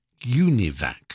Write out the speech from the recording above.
UNIVAC